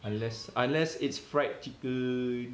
unless unless it's fried chicken